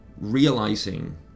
realizing